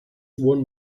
worn